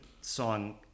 song